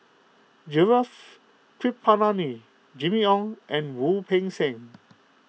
Gaurav Kripalani Jimmy Ong and Wu Peng Seng